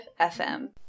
FM